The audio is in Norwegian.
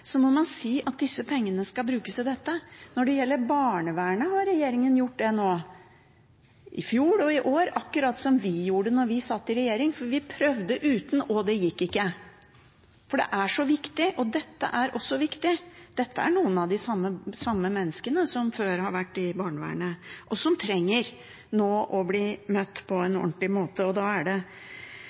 så fall øremerkes. Man kan godt holde på og løfte pekefingeren og mene at dette tar ikke kommunene på alvor, men hvis man mener det for alvor fra statens side, må man si at disse pengene skal brukes til dette. Når det gjelder barnevernet, har regjeringen gjort det nå – i fjor og i år – akkurat som vi gjorde da vi satt i regjering. Vi prøvde uten, og det gikk ikke, og det er så viktig. Dette er også viktig. Dette er noen av de samme menneskene som før har